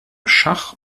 schach